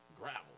gravel